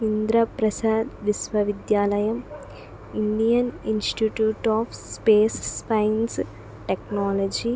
ఇంద్రప్రసాద్ విశ్వవిద్యాలయం Indian institute of space science technology